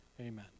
Amen